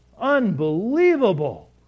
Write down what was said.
Unbelievable